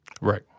Right